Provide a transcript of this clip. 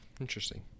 Interesting